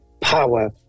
power